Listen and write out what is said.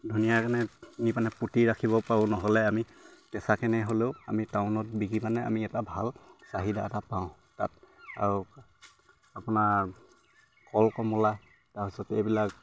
ধুনীয়াকে নি পানে পুতি ৰাখিব পাৰোঁ নহ'লে আমি কেঁচা কেনে হ'লেও আমি টাউনত বিকি পানে আমি এটা ভাল চাহিদা এটা পাওঁ তাত আৰু আপোনাৰ কল কমলা তাৰপিছত এইবিলাক